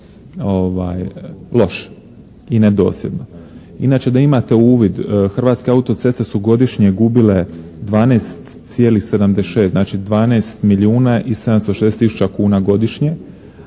loše i nedosljedno. Inače da imate uvid Hrvatske autoceste su godišnje gubile 12,76 znači 12 milijuna i 760 tisuća kuna godišnje,